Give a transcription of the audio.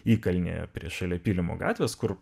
įkalnėje prie šalia pylimo gatvės kur